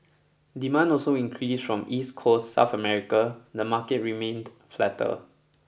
demand also increase from East Coast South America the market remained flatter